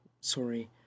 sorry